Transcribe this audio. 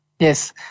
Yes